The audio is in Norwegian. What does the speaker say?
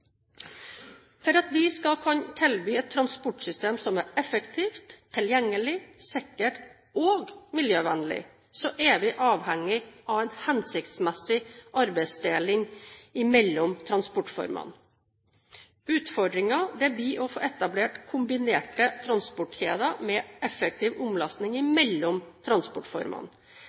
For at vi skal kunne tilby et transportsystem som er effektivt, tilgjengelig, sikkert og miljøvennlig, er vi avhengige av en hensiktsmessig arbeidsdeling mellom transportformene. Utfordringen blir å få etablert kombinerte transportkjeder med effektiv omlasting mellom transportformene.